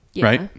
Right